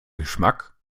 geschmack